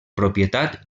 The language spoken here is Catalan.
propietat